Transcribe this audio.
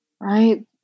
right